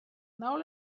now